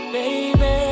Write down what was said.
baby